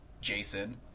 Jason